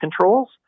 controls